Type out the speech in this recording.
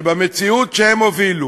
שבמציאות שהם הובילו